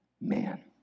man